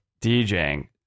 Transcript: DJing